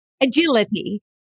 agility